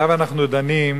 שעליו אנחנו דנים,